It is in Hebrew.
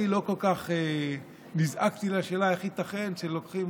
אני לא כל כך נזעקתי מהשאלה איך ייתכן שלוקחים